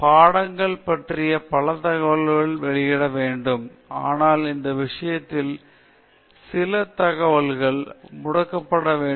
பாடங்களைப் பற்றிய பல தகவல்கள் வெளியிடப்பட வேண்டும் ஆனால் இந்த விஷயத்தைப் பற்றிய சில தகவல்கள் முடக்கப்பட வேண்டும்